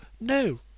no